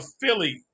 Philly